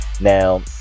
Now